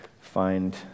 find